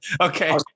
Okay